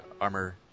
armor